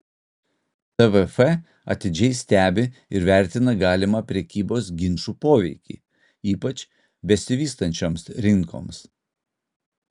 tvf atidžiai stebi ir vertina galimą prekybos ginčų poveikį ypač besivystančioms rinkoms